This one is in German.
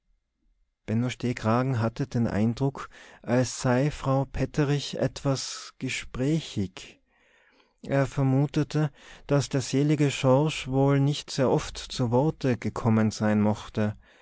stehkragen hatte den eindruck als sei frau petterich etwas gesprächig er vermutete daß der selige schorsch wohl nicht sehr oft zu worte gekommen sein mochte